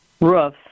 roof